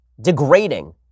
degrading